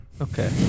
okay